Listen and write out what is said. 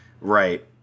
Right